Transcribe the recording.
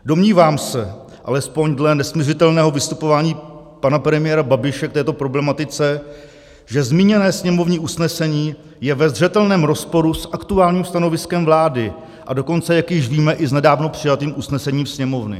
Domnívám se, alespoň dle nesmiřitelného vystupování pana premiéra Babiše k této problematice, že zmíněné sněmovní usnesení je ve zřetelném rozporu s aktuálním stanoviskem vlády, a dokonce, jak již víme, i s nedávno přijatým usnesením Sněmovny.